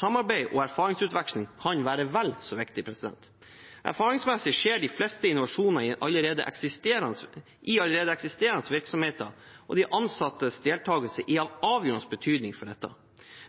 Samarbeid og erfaringsutveksling kan være vel så viktig. Erfaringsmessig skjer de fleste innovasjoner i allerede eksisterende virksomheter, og de ansattes deltakelse er av avgjørende betydning for dette.